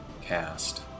cast